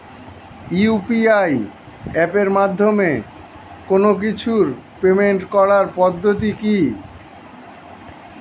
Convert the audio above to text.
UPI এপের মাধ্যমে কোন কিছুর পেমেন্ট করার পদ্ধতি কি?